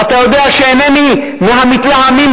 ואתה יודע שאינני מהמתלהמים,